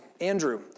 Andrew